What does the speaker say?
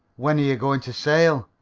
when are you going to sail?